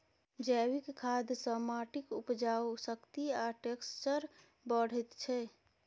जैबिक खाद सँ माटिक उपजाउ शक्ति आ टैक्सचर बढ़ैत छै